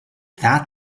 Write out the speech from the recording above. that